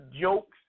jokes